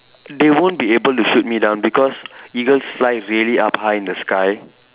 they won't be able to shoot me down because eagles fly really up high in the sky